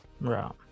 Right